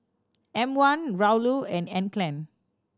M One Raoul and Anne Klein